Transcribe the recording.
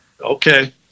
Okay